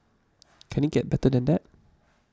can it get better than that